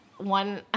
one